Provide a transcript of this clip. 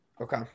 okay